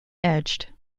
edged